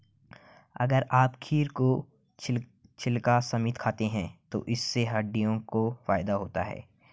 अगर आप खीरा को छिलका समेत खाते हैं तो इससे हड्डियों को फायदा होता है